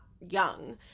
young